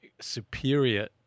superior